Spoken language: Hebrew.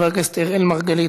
חבר הכנסת אראל מרגלית,